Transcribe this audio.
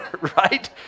Right